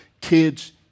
kids